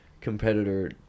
competitor